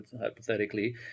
hypothetically